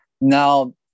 Now